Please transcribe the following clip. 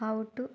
how to